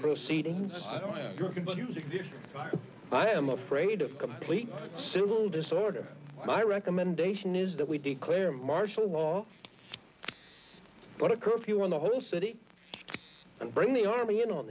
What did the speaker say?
proceedings i am afraid of complete civil disorder my recommendation is that we declare martial law but a curfew on the whole city and bring the army in on